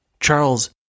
Charles